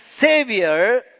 Savior